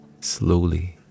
slowly